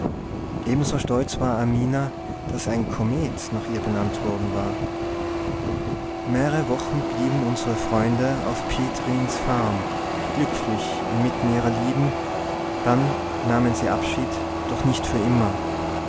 ebenso stolz war amina daß ein komet nach ihr benannt worden war mehrere wochen blieben unsere freunde auf piet rijns farm glücklich inmitten ihrer lieben dann nahmen sie abschied doch nicht auf immer